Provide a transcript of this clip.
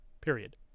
period